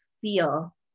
feel